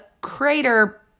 crater